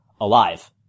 alive